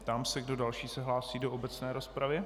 Ptám se, kdo další se hlásí do obecné rozpravy.